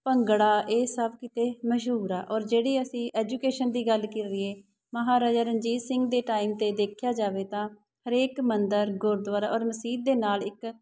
ਭੰਗੜਾ ਇਹ ਸਭ ਕਿਤੇ ਮਸ਼ਹੂਰ ਆ ਔਰ ਜਿਹੜੀ ਅਸੀਂ ਐਜੂਕੇਸ਼ਨ ਦੀ ਗੱਲ ਕਰੀਏ ਮਹਾਰਾਜਾ ਰਣਜੀਤ ਸਿੰਘ ਦੇ ਟਾਈਮ 'ਤੇ ਦੇਖਿਆ ਜਾਵੇ ਤਾਂ ਹਰੇਕ ਮੰਦਰ ਗੁਰਦੁਆਰਾ ਔਰ ਮਸੀਤ ਦੇ ਨਾਲ ਇੱਕ